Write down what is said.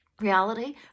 reality